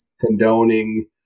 condoning